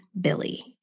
Billy